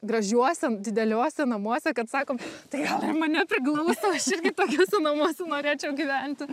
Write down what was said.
gražiuose dideliuose namuose kad sakom tai gal ir mane priglaustų aš irgi tokiuose namuose norėčiau gyventi